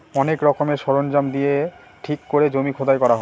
অনেক রকমের সরঞ্জাম দিয়ে ঠিক করে জমি খোদাই করা হয়